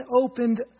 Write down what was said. opened